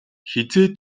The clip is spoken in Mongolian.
хэзээ